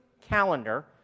calendar